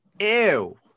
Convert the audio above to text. Ew